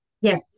Yes